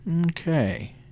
okay